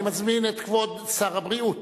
אני מזמין את כבוד שר הבריאות